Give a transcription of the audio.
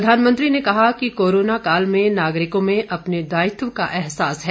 प्रधानमंत्री ने कहा कि कोरोना काल में नागरिकों में अपने दायित्व का एहसास है